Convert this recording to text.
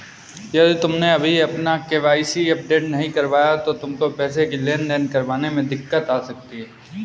यदि तुमने अभी अपना के.वाई.सी अपडेट नहीं करवाया तो तुमको पैसों की लेन देन करने में दिक्कत आ सकती है